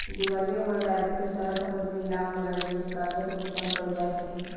दिवालिया भईल आदमी के सारा संपत्ति नीलाम होला जेसे कर्जा के भुगतान कईल जा सके